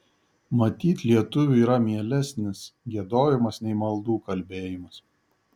matyt lietuviui yra mielesnis giedojimas nei maldų kalbėjimas